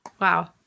wow